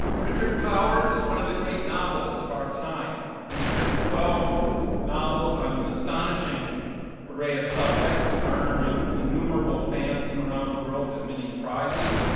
richard powers is one of the great novelists of our time. he has written twelve novels on an astonishing array of subjects, garnering innumerable fans around the world and many prizes.